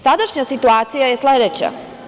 Sadašnja situacija je sledeća.